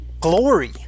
glory